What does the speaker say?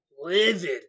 livid